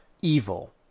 evil